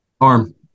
arm